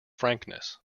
frankness